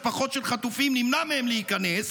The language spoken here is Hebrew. בזמן שממשפחות של חטופים נמנע להיכנס